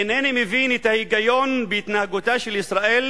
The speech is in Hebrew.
אינני מבין את ההיגיון בהתנהגותה של ישראל,